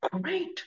great